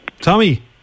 Tommy